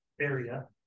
area